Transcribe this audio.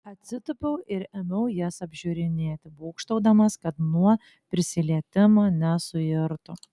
atsitūpiau ir ėmiau jas apžiūrinėti būgštaudamas kad nuo prisilietimo nesuirtų